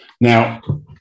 Now